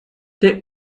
der